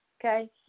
Okay